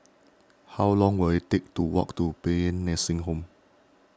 how long will it take to walk to Paean Nursing Home